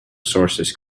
sources